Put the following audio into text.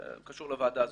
זה קשור לוועדה הזאת,